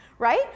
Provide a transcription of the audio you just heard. right